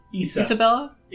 Isabella